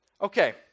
Okay